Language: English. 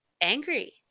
angry